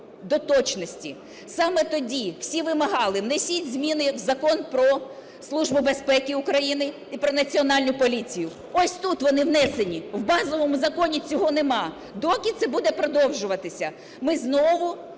до точності. Саме тоді всі вимагали: внесіть зміни в Закон "Про Службу безпеки України" і "Про Національну поліцію". Ось тут вони внесені, в базовому законі цього нема. Доки це буде продовжуватися? Ми знову